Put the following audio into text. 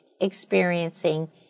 experiencing